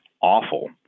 awful